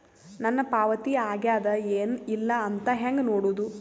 ನನ್ನ ಪಾವತಿ ಆಗ್ಯಾದ ಏನ್ ಇಲ್ಲ ಅಂತ ಹೆಂಗ ನೋಡುದು?